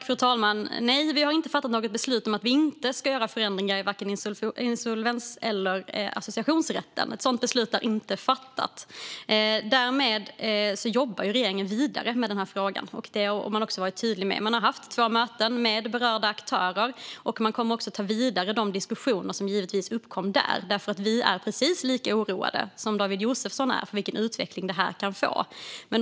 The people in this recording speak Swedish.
Fru talman! Nej, vi har inte fattat något beslut om att inte göra förändringar i insolvens eller associationsrätten. Ett sådant beslut är inte fattat. Regeringen jobbar vidare med frågan. Det har man också varit tydlig med. Man har haft två möten med berörda aktörer, och man kommer givetvis att ta de diskussioner som uppkom där vidare. Vi är precis lika oroade som David Josefsson för den utveckling detta kan leda till.